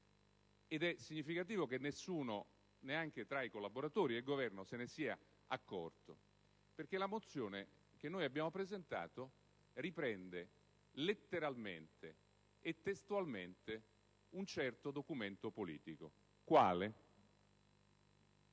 ed è significativo che nessuno, neanche tra i collaboratori del Governo, se ne sia accorto - la mozione che abbiamo presentato riprende letteralmente e testualmente un certo documento politico. Mi